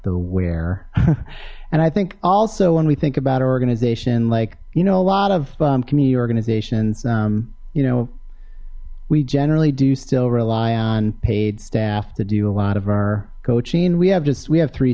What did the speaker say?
the where and i think also when we think about organization like you know a lot of community organizations you know we generally do still rely on paid staff to do a lot of our coaching we have just we have three